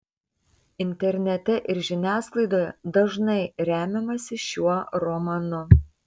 internete ir žiniasklaidoje dažnai remiamasi šiuo romanu